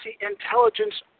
intelligence